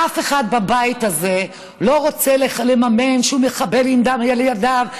אף אחד בבית הזה לא רוצה לממן שום מחבל עם דם על ידיו.